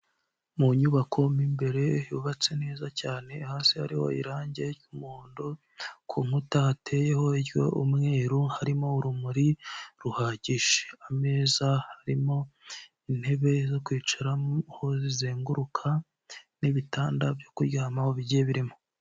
Mu nyubako imbere yubatse neza cyane hasi hariho irangi ry'umuhondo, ku nkuta hateyeho iry'umweru, harimo urumuri ruhagije. Ameza arimo, intebe zo kwicaraho zizenguruka n'ibitanda byo kuryamaho bigiye birimo.